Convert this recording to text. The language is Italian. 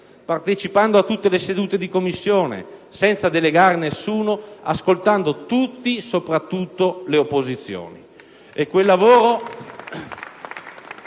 partecipando a tutte le sedute di Commissione senza delegare nessuno, ascoltando tutti, soprattutto le opposizioni.